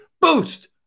Boost